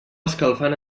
escalfant